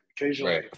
occasionally